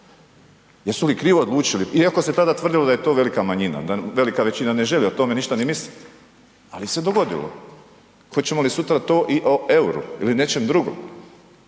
Jesu li krivo odlučili? Iako se tada tvrdilo da je to velika manjina da velika većina ne želi o tome ništa ni misliti ali se dogodilo. Hoćemo li sutra to i o euru ili nečem drugom.